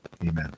Amen